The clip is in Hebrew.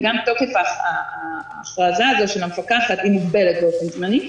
וגם תוקף ההכרזה הזו של המפקחת היא מוגבלת באופן זמני.